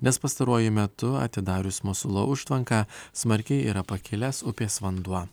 nes pastaruoju metu atidarius mosulo užtvanką smarkiai yra pakilęs upės vanduo